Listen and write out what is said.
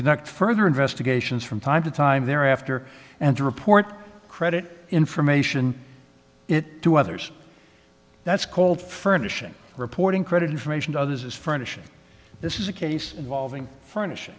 conduct further investigations from time to time thereafter and to report credit information it to others that's called furnishing reporting credit information to others as furnishing this is a case involving furnish